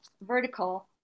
vertical